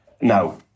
Now